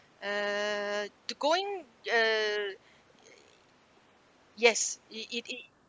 uh to going uh yes it it it